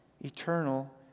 eternal